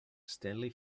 stanley